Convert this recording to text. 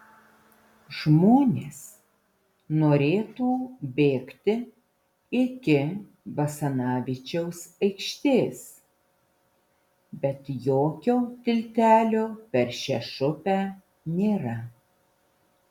žmonės norėtų bėgti iki basanavičiaus aikštės bet jokio tiltelio per šešupę nėra